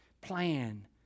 plan